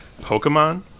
Pokemon